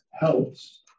helps